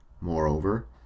Moreover